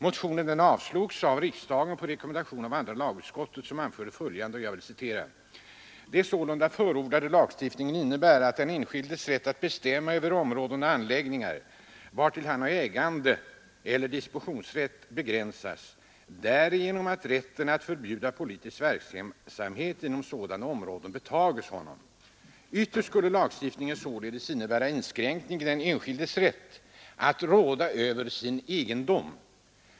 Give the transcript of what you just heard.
Motionen avslogs av riksdagen på rekommendation av andra lagutskottet, som anförde följande: ”Den sålunda förordade lagstiftningen innebär, att den enskildes rätt att bestämma över områden och anläggningar, vartill han har ägandeeller dispositionsrätt, begränsas, därigenom att rätten att förbjuda politisk verksamhet inom sådana områden betages honom. Ytterst skulle lagstiftningen således innebära inskränkning i den enskildes rätt att råda över sin egendom.